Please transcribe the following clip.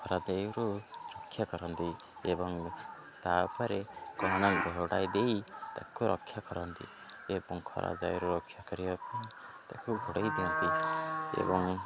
ଖରାଦେୟରୁ ରକ୍ଷା କରନ୍ତି ଏବଂ ତାପରେ କଣ ଘୋଡ଼ାଇ ଦେଇ ତାକୁ ରକ୍ଷା କରନ୍ତି ଏବଂ ଖରାଦାଉରୁ ରକ୍ଷା କରିବାକୁ ତାକୁ ଘୋଡ଼େଇ ଦିଅନ୍ତି ଏବଂ